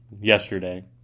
yesterday